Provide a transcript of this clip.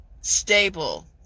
stable